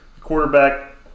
Quarterback